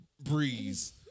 breeze